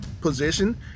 position